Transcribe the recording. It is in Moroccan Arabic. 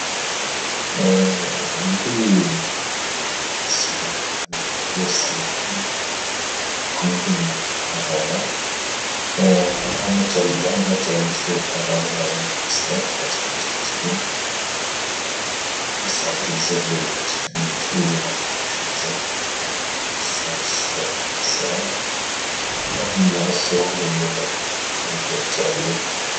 يمكن لي يعني السباحه كاندير السباحه ممكن نركب الدراجه العمر اللي تعلمت فيه الدراجه يعني ملي كنت صغير يعني ملي كانت عندي ثمان سنين يعني شويه ديال الوقت ماشي بزاف يعني في الصغر بحكم السهوله ديال التعلم